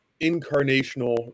incarnational